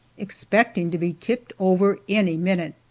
expecting to be tipped over any minute.